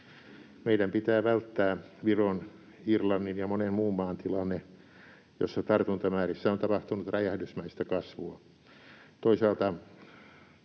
Meidän pitää välttää Viron, Irlannin ja monen muun maan tilanne, jossa tartuntamäärissä on tapahtunut räjähdysmäistä kasvua.